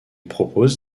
propose